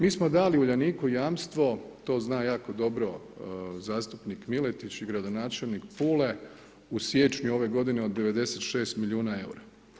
Mi smo dali Uljaniku jamstvo, to zna jako dobro zastupnik Miletić i gradonačelnik Pule u siječnju ove godine od 96 milijuna eura.